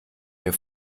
mir